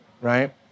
right